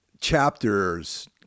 chapters